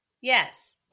Yes